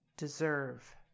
deserve